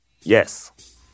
Yes